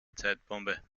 zeitbombe